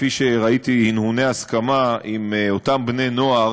כפי שראיתי הנהוני הסכמה עם אותם בני-נוער,